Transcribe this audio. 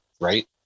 right